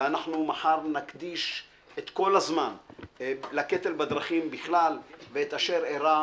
ואנחנו מחר נקדיש את כל הזמן לקטל בדרכים בכלל ואת אשר אירע